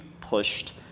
pushed